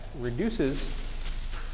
reduces